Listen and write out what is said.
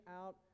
out